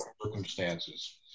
circumstances